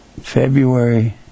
February